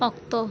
ᱚᱠᱛᱚ